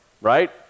right